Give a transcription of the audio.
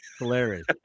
hilarious